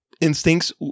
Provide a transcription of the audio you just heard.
instincts